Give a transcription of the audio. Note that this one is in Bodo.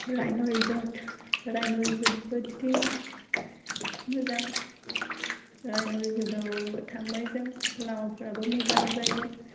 राइन' रेजर्ट राइन' रेजर्ट बोथिटिं मोजां राइन' रेजर्टआव थांबाय जों लामाफ्रावबो मोजां जायो